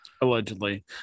Allegedly